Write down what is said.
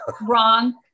Wrong